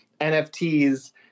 NFTs